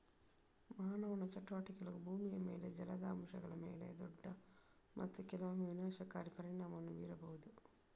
ಮಾನವ ಚಟುವಟಿಕೆಗಳು ಭೂಮಿಯ ಮೇಲಿನ ಜಲದ ಅಂಶಗಳ ಮೇಲೆ ದೊಡ್ಡ ಮತ್ತು ಕೆಲವೊಮ್ಮೆ ವಿನಾಶಕಾರಿ ಪರಿಣಾಮವನ್ನು ಬೀರಬಹುದು